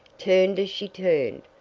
turned as she turned,